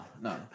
no